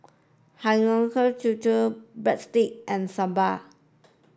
Hiyashi Chuka Breadsticks and Sambar